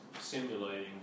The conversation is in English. simulating